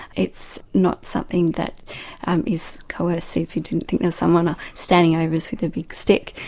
it's not something that is coercive, he didn't think there someone ah standing over us with a big stick,